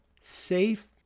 safe